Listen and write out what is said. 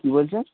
কী বলছেন